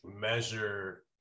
measure